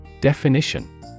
Definition